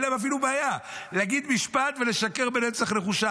אין להם אפילו בעיה להגיד משפט ולשקר במצח נחושה.